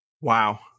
Wow